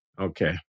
Okay